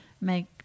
make